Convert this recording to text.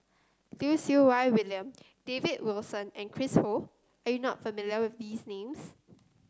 Lim Siew Wai William David Wilson and Chris Ho are you not familiar with these names